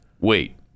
Wait